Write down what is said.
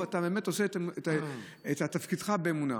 ואתה באמת עושה את תפקידך באמונה.